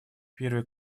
первый